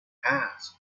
past